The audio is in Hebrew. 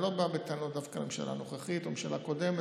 אני לא בא בטענות דווקא לממשלה הנוכחית או לממשלה הקודמת.